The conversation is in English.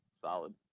solid